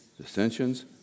dissensions